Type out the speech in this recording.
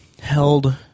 held –